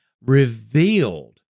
revealed